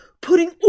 putting